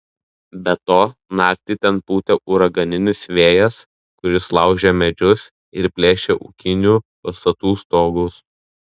be to naktį ten pūtė uraganinis vėjas kuris laužė medžius ir plėšė ūkinių pastatų stogus